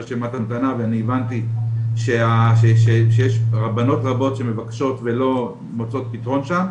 יש רשימת המתנה ואני הבנתי שיש בנות רבות שמבקשות ולא מוצאות פתרון שם,